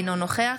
אינו נוכח